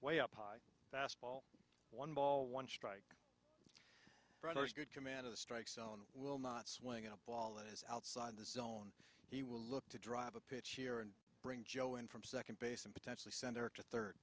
way up high fastball one ball one strike good command of the strike zone will not swing up ball is outside the zone he will look to drive a pitch year and bring joe in from second base and potentially center to third